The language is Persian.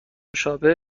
مشابه